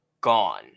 gone